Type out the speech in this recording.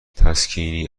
تسکینی